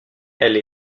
elle